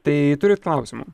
tai turit klausimų